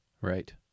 Right